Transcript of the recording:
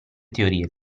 teorie